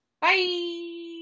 Bye